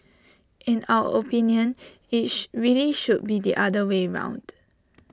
in our opinion IT really should be the other way round